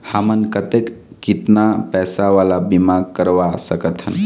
हमन कतेक कितना पैसा वाला बीमा करवा सकथन?